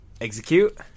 Execute